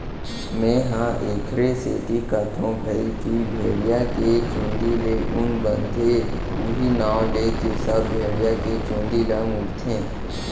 मेंहा एखरे सेती कथौं भई की भेड़िया के चुंदी ले ऊन बनथे उहीं नांव लेके सब भेड़िया के चुंदी ल मुड़थे